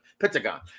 Pentagon